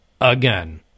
Again